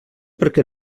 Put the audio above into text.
perquè